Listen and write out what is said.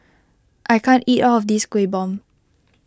I can't eat all of this Kueh Bom